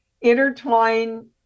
intertwine